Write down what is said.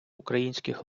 українських